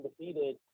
undefeated